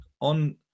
on